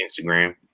Instagram